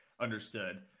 understood